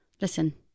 listen